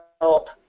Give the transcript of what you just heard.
help